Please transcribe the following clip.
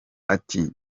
ati